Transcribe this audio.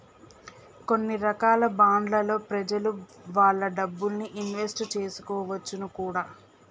కొన్ని రకాల బాండ్లలో ప్రెజలు వాళ్ళ డబ్బుల్ని ఇన్వెస్ట్ చేసుకోవచ్చును కూడా